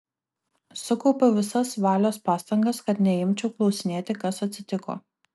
sukaupiau visas valios pastangas kad neimčiau klausinėti kas atsitiko